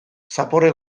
zapore